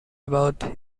about